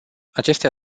acestea